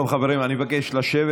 טוב, חברים, אני מבקש לשבת.